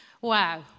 wow